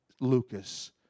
Lucas